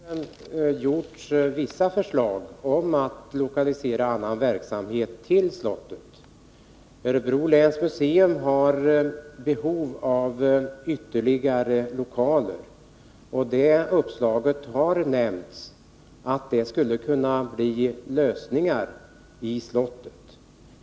Herr talman! Det har här framlagts vissa förslag om att lokalisera annan verksamhet till slottet. Örebro läns museum har behov av ytterligare lokaler, och man har angett detta uppslag som en lösning när det gäller utnyttjandet av slottet.